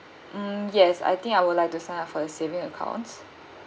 um yes I think I would like to sign up for the saving accounts